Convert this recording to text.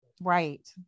Right